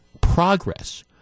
Progress